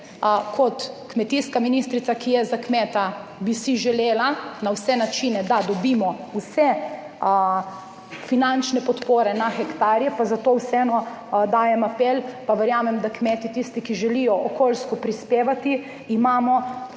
Kot kmetijska ministrica, ki je za kmeta, bi si želela, da na vse načine dobimo vse finančne podpore na hektarje in zato vseeno dajem apel in verjamem, da kmetje, tisti, ki želijo okoljsko prispevati, za